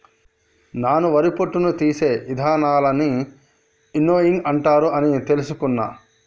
నాను వరి పొట్టును తీసే ఇదానాలన్నీ విన్నోయింగ్ అంటారు అని తెలుసుకున్న